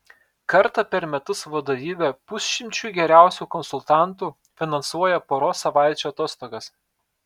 kartą per metus vadovybė pusšimčiui geriausių konsultantų finansuoja poros savaičių atostogas